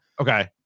Okay